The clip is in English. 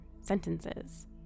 sentences